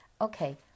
Okay